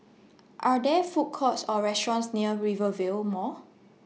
Are There Food Courts Or restaurants near Rivervale Mall